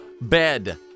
bed